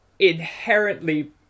inherently